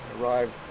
arrived